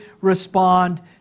respond